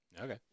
Okay